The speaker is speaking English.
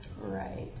Right